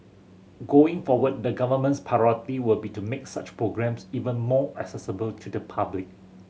going forward the Government's priority will be to make such programmes even more accessible to the public